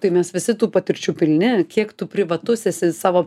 tai mes visi tų patirčių pilni kiek tu privatus esi savo